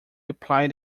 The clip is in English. replied